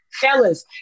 fellas